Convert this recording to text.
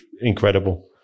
incredible